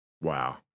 Wow